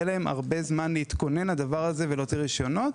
שיגיעו לכנסת יהיה להם הרבה זמן להתכונן לכך ולהוציא רישיונות.